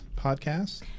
podcast